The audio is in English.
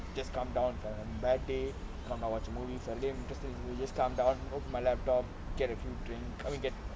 just come down from a bad day come down watch movies I'm not interested just come down on my laptop get a few drink I mean get